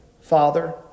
Father